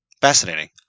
Fascinating